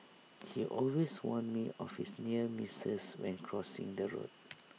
he always warn me of his near misses when crossing the road